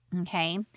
okay